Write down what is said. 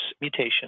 mutation